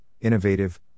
innovative